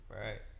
right